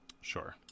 sure